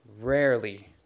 rarely